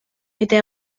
eta